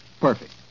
Perfect